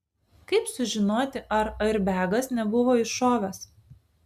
kaip sužinoti ar airbegas nebuvo iššovęs